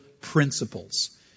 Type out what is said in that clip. principles